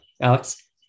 Alex